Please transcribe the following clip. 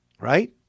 Right